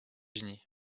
unis